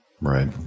Right